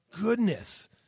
goodness